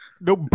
No